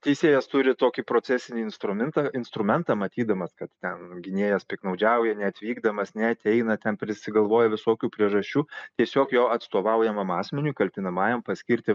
teisėjas turi tokį procesinį instrumentą instrumentą matydamas kad ten gynėjas piktnaudžiauja neatvykdamas neateina ten prisigalvoja visokių priežasčių tiesiog jo atstovaujamam asmeniui kaltinamajam paskirti